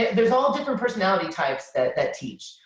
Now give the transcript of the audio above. there's all different personality types that teach,